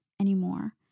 anymore